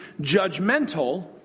judgmental